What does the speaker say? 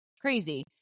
crazy